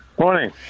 Morning